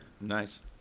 Nice